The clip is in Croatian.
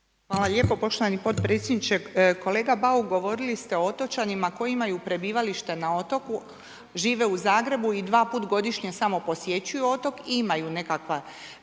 Hvala lijepa poštovani potpredsjedniče. Kolega Bauk, govorili ste o otočanima koji imaju prebivalište na otoku, žive u Zagrebu i dva puta godišnje samo posjećuju otok i imaju nekakva